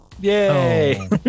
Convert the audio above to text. yay